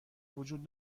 وجود